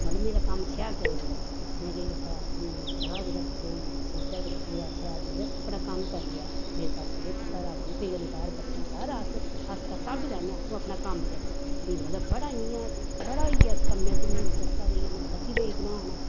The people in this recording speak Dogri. मतलव मेरा कम्म शैल चली पेआ में केह् कीता चाह् बी रक्खी लेई सोह्ड्डा बी रक्खी लेआ शैल मतलव अपना कम्म करी लेआ मेरी सस्स आखन लगी तूं घरा कोई फिकर नी कर बच्चें घर अस अस सांम्भी लैन्नेआं तूं अपना कम्म दिक्ख में मतलव बड़ा इयां बड़ा होइया इस कम्मै च मिगी चस्का पेई आ में लगी पेई बनान